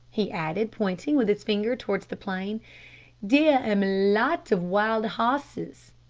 he added, pointing with his finger towards the plain dere am a lot of wild hosses.